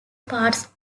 parts